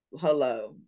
Hello